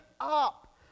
up